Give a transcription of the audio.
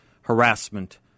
harassment